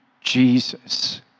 Jesus